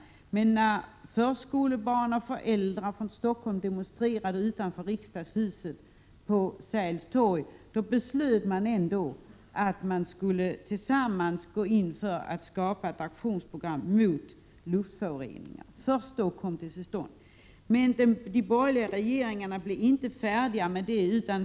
Men när förskolebarnen och deras föräldrar från Stockholm demonstrerade utanför riksdagshuset på Sergels torg, beslöt man ändå tillsammans att gå in för att begära ett aktionsprogram mot luftföroreningarna. Men de borgerliga blev inte färdiga.